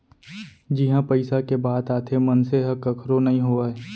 जिहाँ पइसा के बात आथे मनसे ह कखरो नइ होवय